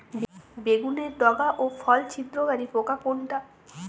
বেগুনের ডগা ও ফল ছিদ্রকারী পোকা কোনটা?